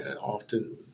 often